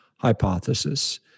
hypothesis